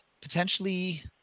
potentially